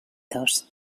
dos